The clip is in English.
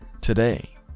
today